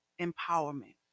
empowerment